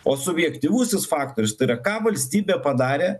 o subjektyvusis faktorius tai yra ką valstybė padarė